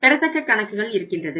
பெறத்தக்க கணக்குகள் இருக்கின்றது